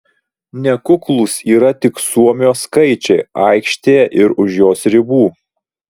nekuklūs yra tik suomio skaičiai aikštėje ir už jos ribų